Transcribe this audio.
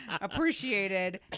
appreciated